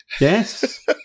Yes